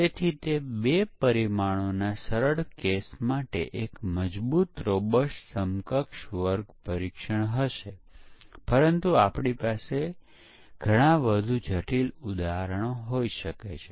તેથી કોઈપણ પુનરાવર્તિત ડેવલપમેંટ પદ્ધતિમાં પરીક્ષણ એ બધા વોટરફોલમાં હાજર હોય છે